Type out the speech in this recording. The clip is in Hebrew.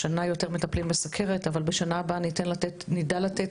השנה יותר מטפלים בסוכרת אבל בשנה הבאה נדע לתת